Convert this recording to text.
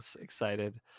excited